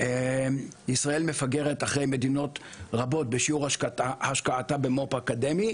ישראל מפגרת אחרי מדינות רבות בשיעור השקעתה במו"פ אקדמי,